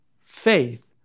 faith